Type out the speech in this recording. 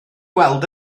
weld